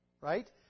Right